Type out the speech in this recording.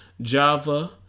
java